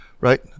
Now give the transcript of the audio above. right